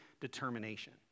determination